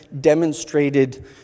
demonstrated